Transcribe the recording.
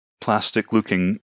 plastic-looking